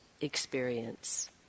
experience